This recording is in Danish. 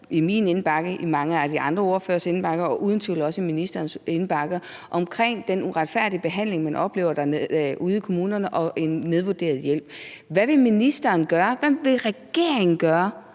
i min indbakke og i mange af de andre ordføreres indbakker og uden tvivl også i ministerens indbakke omkring den uretfærdige behandling, man oplever derude i kommunerne, og en nedvurderet hjælp. Hvad vil ministeren gøre, hvad vil regeringen gøre